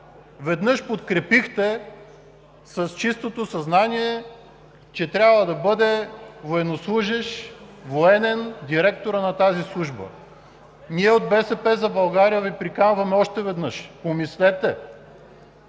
веднъж подкрепихте с чистото съзнание, че трябва да бъде военнослужещ, военен директорът на тази Служба. Ние от „БСП за България“ Ви приканваме още веднъж – помислете,